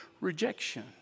rejection